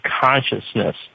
consciousness